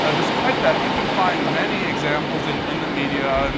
ah despite that, you can find many examples in in the media, and